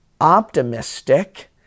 optimistic